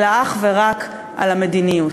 אלא אך ורק על המדיניות.